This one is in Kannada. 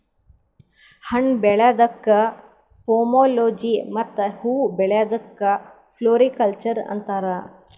ಹಣ್ಣ್ ಬೆಳ್ಯಾದಕ್ಕ್ ಪೋಮೊಲೊಜಿ ಮತ್ತ್ ಹೂವಾ ಬೆಳ್ಯಾದಕ್ಕ್ ಫ್ಲೋರಿಕಲ್ಚರ್ ಅಂತಾರ್